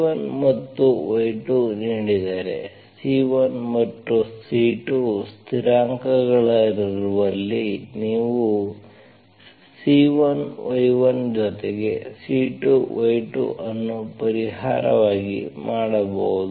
y1 ಮತ್ತು y2 ನೀಡಿದರೆ C1 ಮತ್ತು C2 ಸ್ಥಿರಾಂಕಗಳಿರುವಲ್ಲಿ ನೀವು C1 y1 ಜೊತೆಗೆ C2 y2 ಅನ್ನು ಪರಿಹಾರವಾಗಿ ಮಾಡಬಹುದು